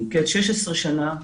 מקץ 16 שנים,